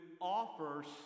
offers